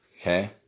Okay